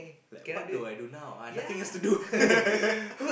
like what do I do now I nothing else to do